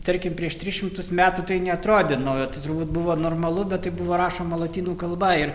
tarkim prieš tris šimtus metų tai neatrodė nauja tai turbūt buvo normalu bet tai buvo rašoma lotynų kalba ir